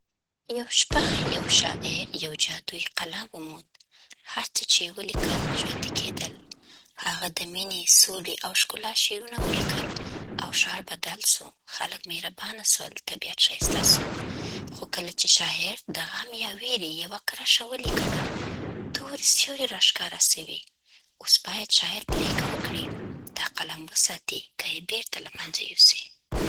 یو شپه یو شاعر یو جادويي قلم وموند. هر څه چې یې ولیکل، ژوندی کېدل. هغه د مینې، سولې او ښکلا شعرونه ولیکل، او ښار بدل سو: خلک مهربانه سول، طبیعت ښایسته سو. خو کله چې شاعر د غم یا وېرې یوه کرښه ولیکله، تورې سیورې راښکاره سوې. اوس باید شاعر پرېکړه وکړي: دا قلم وساتي، که یې بېرته له منځه یوسي؟